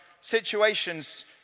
situations